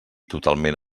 totalment